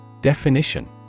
Definition